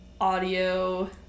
audio